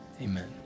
amen